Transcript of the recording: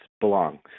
belong